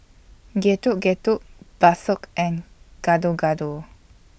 Getuk Getuk Bakso and Gado Gado